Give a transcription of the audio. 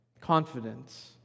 Confidence